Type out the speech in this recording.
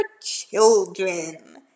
children